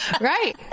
Right